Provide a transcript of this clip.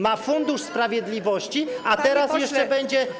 Ma Fundusz Sprawiedliwości, a teraz jeszcze będzie.